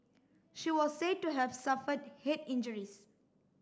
she was said to have suffered head injuries